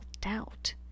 doubt